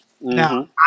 Now